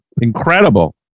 Incredible